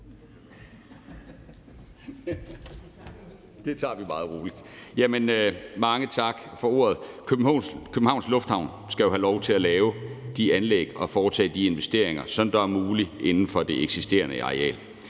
Niels Flemming Hansen (KF): Mange tak for ordet. Københavns Lufthavn skal jo have lov til at lave de anlæg og foretage de investeringer, som er mulige inden for det eksisterende areal.